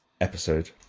episode